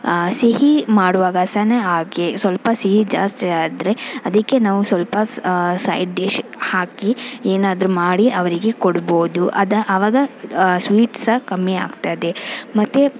ಸಿಹಿ ಮಾಡುವಾಗ ಸಹ ನ ಹಾಗೆ ಸ್ವಲ್ಪ ಸಿಹಿ ಜಾಸ್ತಿ ಆದರೆ ಅದಕ್ಕೆ ನಾವು ಸ್ವಲ್ಪ ಸೈಡ್ಡಿಶ್ ಹಾಕಿ ಏನಾದರೂ ಮಾಡಿ ಅವರಿಗೆ ಕೊಡಬಹುದು ಅದು ಆವಾಗ ಸ್ವೀಟ್ ಸಹ ಕಮ್ಮಿ ಆಗ್ತದೆ ಮತ್ತು